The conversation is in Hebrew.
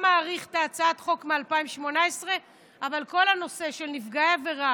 גם מאריך את הצעת החוק מ-2018 אבל כל הנושא של נפגעי עבירה